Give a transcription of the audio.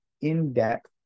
in-depth